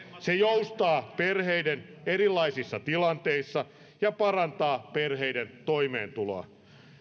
se joustaa perheiden erilaisissa tilanteissa ja parantaa perheiden toimeentuloa